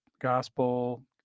gospel